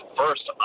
first